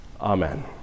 Amen